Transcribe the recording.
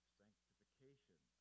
sanctification